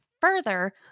further